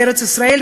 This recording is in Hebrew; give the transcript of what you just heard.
בארץ-ישראל,